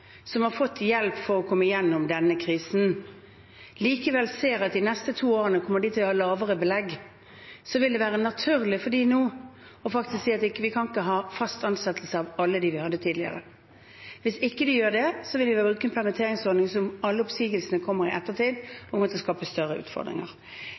å komme gjennom denne krisen, likevel ser at de neste to årene kommer de til å ha lavere belegg, vil det være naturlig for dem nå å si at de ikke kan ha fast ansettelse av alle dem de hadde tidligere. Hvis de ikke gjør det, vil det å bruke en permitteringsordning der alle oppsigelsene kommer i